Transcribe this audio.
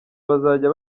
bazajya